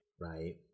right